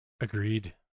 Agreed